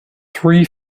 three